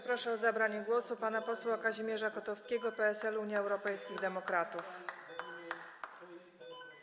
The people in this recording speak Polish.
Proszę o zabranie głosu pana posła Kazimierza Kotowskiego, PSL - Unia Europejskich Demokratów.